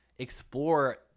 Explore